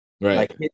Right